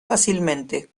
fácilmente